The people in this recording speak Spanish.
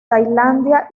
tailandia